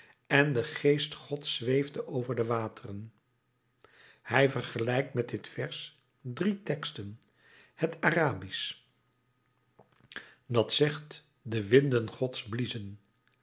en de geest gods zweefde over de wateren hij vergelijkt met dit vers drie teksten het arabisch dat zegt de winden gods bliezen